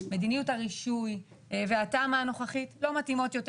מדיניות הרישוי והתמ"א הנוכחית לא מתאימות יותר